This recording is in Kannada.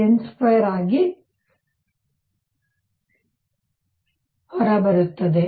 6 Z2n2ಆಗಿ ಹೊರಬರುತ್ತದೆ